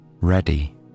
ready